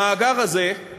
המאגר הזה,